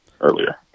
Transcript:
earlier